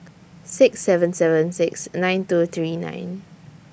six seven seven six nine two three nine